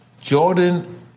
Jordan